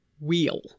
wheel